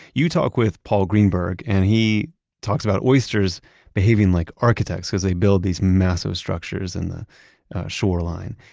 you talk with paul greenberg, and he talks about oysters behaving like architects because they build these massive structures in the shoreline.